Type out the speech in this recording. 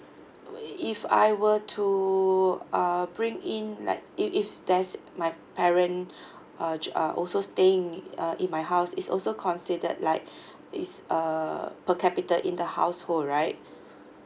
if I were to uh bring in like if if there's like my parent uh just uh also staying uh in my house is also considered like it's a per capita in the household right